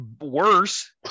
worse